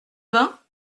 vin